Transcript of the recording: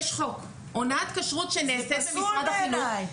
יש חוק - הונאת כשרות שנעשית במשרד החינוך.